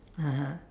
(uh huh)